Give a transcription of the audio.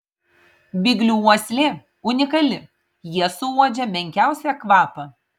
biglių uoslė unikali jie suuodžia menkiausią kvapą